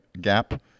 gap